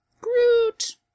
Groot